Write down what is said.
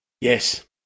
Yes